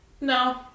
no